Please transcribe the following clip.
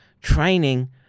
training